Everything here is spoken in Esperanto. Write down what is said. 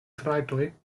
trajtoj